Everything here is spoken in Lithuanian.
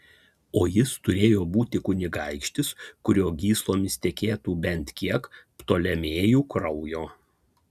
o jis turėjo būti kunigaikštis kurio gyslomis tekėtų bent kiek ptolemėjų kraujo